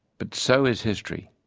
but so is history.